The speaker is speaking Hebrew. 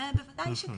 זה בוודאי שכן.